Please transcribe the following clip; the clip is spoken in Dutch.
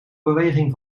beweging